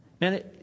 Man